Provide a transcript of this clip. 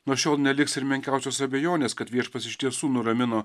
nuo šiol neliks ir menkiausios abejonės kad viešpats iš tiesų nuramino